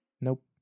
Nope